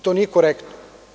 To nije korektno.